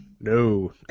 No